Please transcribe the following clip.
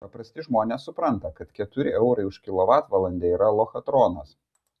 paprasti žmonės supranta kad keturi eurai už kilovatvalandę yra lochatronas